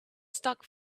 stock